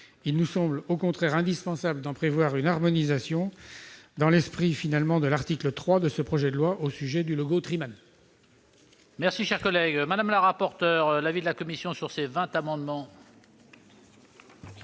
Il nous semble au contraire indispensable d'en prévoir une harmonisation, dans l'esprit de l'article 3 de ce projet de loi relatif au logo Triman.